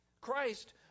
Christ